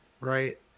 right